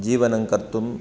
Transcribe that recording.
जीवनं कर्तुं